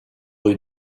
rue